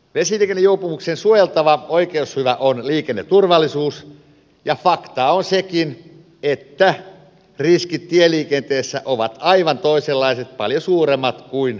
vesiliikennejuopumuksen suojeltava oikeushyvä on liikenneturvallisuus ja faktaa on sekin että riskit tieliikenteessä ovat aivan toisenlaiset paljon suuremmat kuin vesiliikenteessä